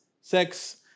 sex